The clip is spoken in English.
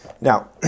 Now